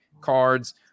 cards